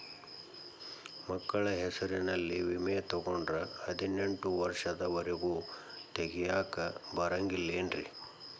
ಮಕ್ಕಳ ಹೆಸರಲ್ಲಿ ವಿಮೆ ತೊಗೊಂಡ್ರ ಹದಿನೆಂಟು ವರ್ಷದ ಒರೆಗೂ ತೆಗಿಯಾಕ ಬರಂಗಿಲ್ಲೇನ್ರಿ?